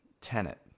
Tenet